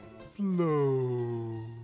Slow